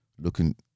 looking